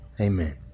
amen